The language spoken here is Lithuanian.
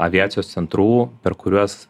aviacijos centrų per kuriuos